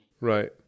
Right